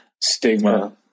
stigma